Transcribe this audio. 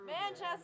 Manchester